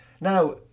Now